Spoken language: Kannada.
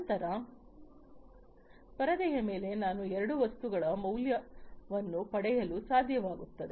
ನಂತರ ಪರದೆಯ ಮೇಲೆ ನಾನು ಎರಡು ವಸ್ತುಗಳ ಮೌಲ್ಯವನ್ನು ಪಡೆಯಲು ಸಾಧ್ಯವಾಗುತ್ತದೆ